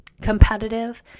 competitive